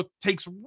takes